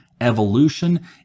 evolution